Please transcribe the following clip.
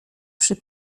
przy